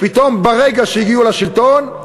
פתאום, ברגע שהגיעו לשלטון,